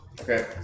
Okay